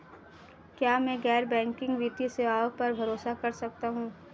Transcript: क्या मैं गैर बैंकिंग वित्तीय सेवाओं पर भरोसा कर सकता हूं?